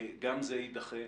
גם היא תידחה.